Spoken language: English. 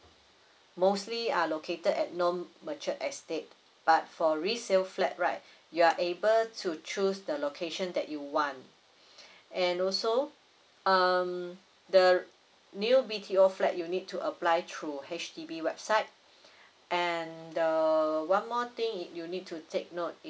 mostly are located at non mature estate but for resale flat right you are able to choose the location that you want and also um the new B_T_O flat you need to apply through H_D_B website and the one more thing it you need to take note